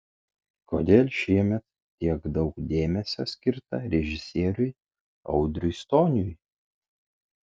kodėl šiemet tiek daug dėmesio skirta režisieriui audriui stoniui